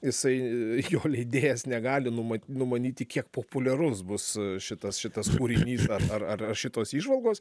jisai jo leidėjas negali numa numanyti kiek populiarus bus šitas šitas kūrinys ar ar šitos įžvalgos